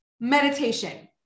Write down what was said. meditation